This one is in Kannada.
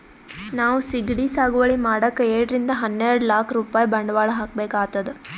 ನಾವ್ ಸಿಗಡಿ ಸಾಗುವಳಿ ಮಾಡಕ್ಕ್ ಏಳರಿಂದ ಹನ್ನೆರಡ್ ಲಾಕ್ ರೂಪಾಯ್ ಬಂಡವಾಳ್ ಹಾಕ್ಬೇಕ್ ಆತದ್